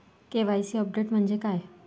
KYC update म्हणजे काय?